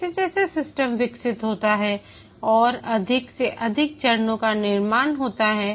जैसे जैसे सिस्टम विकसित होता है और अधिक से अधिक चरणों का निर्माण होता है